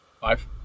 Five